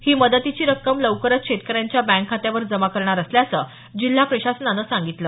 ही मदतीची रक्कम लवकरच शेतकऱ्यांच्या बँक खात्यावर जमा करणार असल्याचं जिल्हा प्रशासनान सांगितल